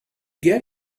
get